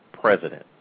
president